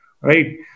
right